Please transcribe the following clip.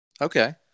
Okay